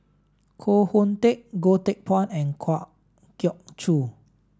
Koh Hoon Teck Goh Teck Phuan and Kwa Geok Choo